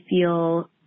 feel